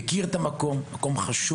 אני מכיר את המקום הזה ומסכים עם זה שהוא חשוב,